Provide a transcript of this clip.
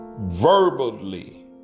verbally